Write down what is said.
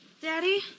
Daddy